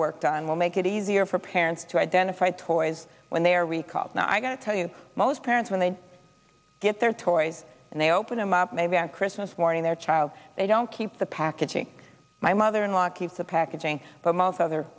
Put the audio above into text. worked on will make it easier for parents to identify toys when they are recalls now i got to tell you most parents when they get their toys and they open them up maybe on christmas morning their child they don't keep the packaging my mother in law keeps the packaging but most other